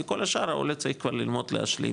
כי כל השאר העולה צריך כבר ללמוד להשלים